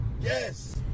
Yes